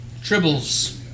Tribbles